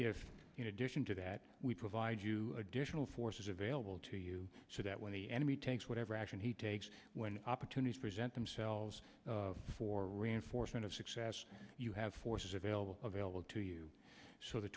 if you know addition to that we provide you additional forces available to you so that when the enemy takes whatever action he takes when opportunities present themselves for reinforcement of success you have forces available available to you so the